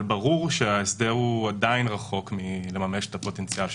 אבל ברור שההסדר הוא עדיין רחוק מלממש את הפוטנציאל שלו.